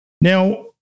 Now